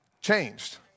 changed